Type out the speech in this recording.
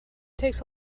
takes